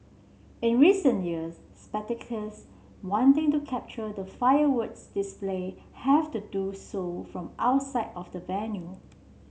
in recent years spectators wanting to capture the fireworks display have to do so from outside of the venue